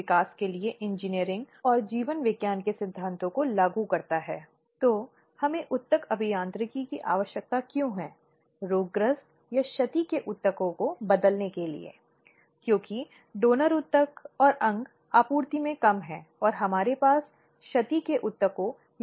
कार्यस्थल पर यौन उत्पीड़न के मुद्दे पर अंतिम व्याख्यान में हम कार्यस्थल पर यौन उत्पीड़न के मुद्दे को संभालने में आंतरिक शिकायत समिति की भूमिका और जिम्मेदारी पर चर्चा कर रहे थे